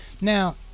Now